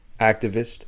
activist